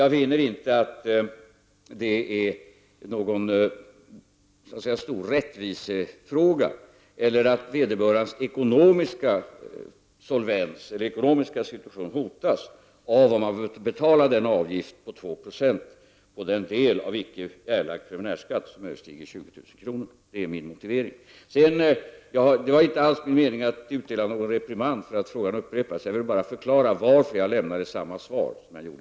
Jag finner därför inte att detta är någon stor rättvisefråga eller att vederbörandes ekonomiska situation hotas om han eller hon får betala en avgift på 2 70 på den del av icke erlagd preliminärskatt som överstiger 20 000 kr. Det är min motivering. Det var inte alls min mening att utdela någon reprimand för att frågan upprepas, jag ville bara förklara varför jag lämnade samma svar som tidigare.